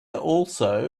also